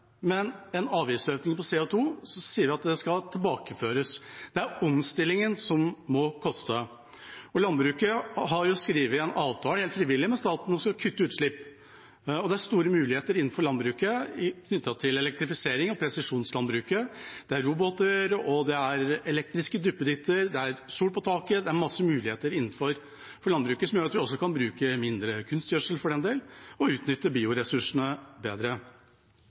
en avgiftsøkning for CO 2 , sier vi at den skal tilbakeføres, det er omstillingen som må koste. Landbruket har skrevet en avtale helt frivillig med staten, om å kutte utslipp. Det er store muligheter innenfor landbruket knyttet til elektrifisering og presisjonslandbruket – det er roboter, og det er elektriske duppeditter, det er sol på taket, det er mange muligheter innenfor landbruket som gjør at vi også kan bruke mindre kunstgjødsel og utnytte bioressursene bedre.